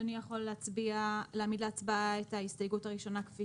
אדוני יכול להעמיד להצבעה את ההסתייגות הראשונה כפי